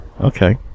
Okay